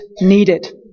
needed